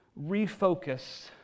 Refocus